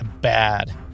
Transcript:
Bad